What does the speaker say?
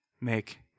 make